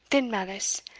then malice,